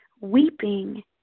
weeping